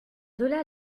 delà